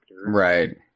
Right